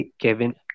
Kevin